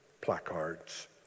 placards